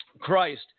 Christ